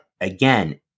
again